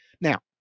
Now